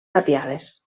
tapiades